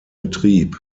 betrieb